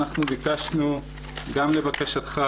אנחנו ביקשנו גם לבקשתך,